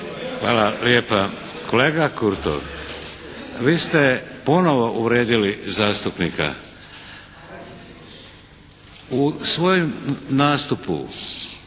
Hvala lijepa. Kolega Kurtov vi ste ponovo uvrijedili zastupnika. U svojem nastupu